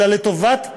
אלא לטובת הבנקים.